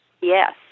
Yes